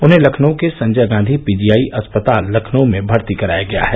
उन्हें लखनऊ के संजय गांधी पीजीआई अस्पताल लखनऊ में भर्ती कराया गया है